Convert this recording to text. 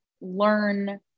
learn